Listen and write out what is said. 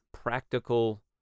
practical